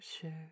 sure